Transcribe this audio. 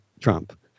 Trump